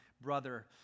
brother